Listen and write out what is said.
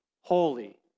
Holy